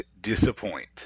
disappoint